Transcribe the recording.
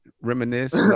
reminisce